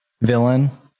villain